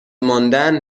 ماندن